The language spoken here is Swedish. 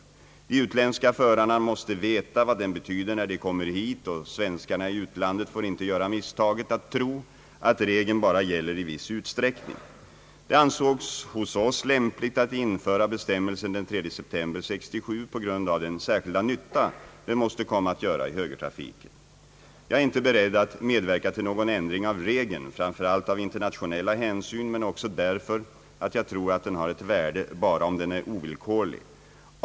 De utländska förarna måste veta vad den betyder när de kommer hit och svenskarna i utlandet får inte göra misstaget att tro att regeln bara gäller i viss utsträckning. Det ansågs hos oss lämpligt att införa bestämmelsen den 3 september 1967 på grund av den särskilda nytta den måste komma att göra i högertrafiken. Jag är inte beredd att medverka till någon ändring av regeln framför allt av internationella hänsyn men också därför att jag tror att den har ett värde bara om den är ovillkorlig.